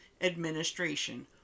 Administration